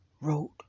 wrote